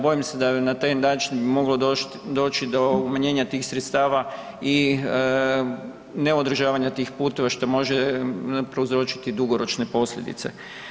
Bojim se da bi na taj način moglo doći do umanjenja tih sredstava i neodržavanja tih puteva, što može prouzročiti dugoročne posljedice.